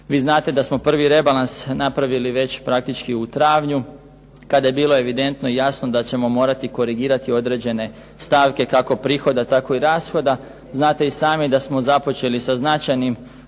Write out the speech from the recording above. Vi znate da smo prvi rebalans napravili već praktički u travnju kada je bilo evidentno i jasno da ćemo morati korigirati određene stavke kako prihoda tako i rashoda. Znate i sami da smo započeli sa značajnim